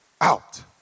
out